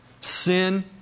Sin